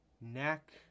Neck